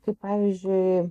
kaip pavyzdžiui